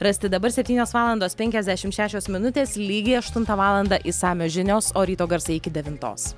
rasti dabar septynios valandos penkiasdešimt šešios minutės lygiai aštuntą valandą išsamios žinios o ryto garsai iki devintos